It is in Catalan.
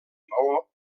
maó